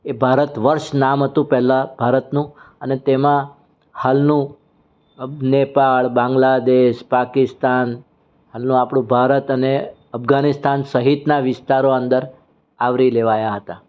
એ ભારત વર્ષ નામ હતું પહેલાં ભારતનું અને તેમાં હાલનું નેપાળ બાંગ્લાદેશ પાકિસ્તાન હાલનું આપણું ભારત અને અફઘાનિસ્તાન સહિતના વિસ્તારો અંદર આવરી લેવાયા હતા